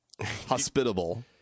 hospitable